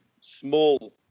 small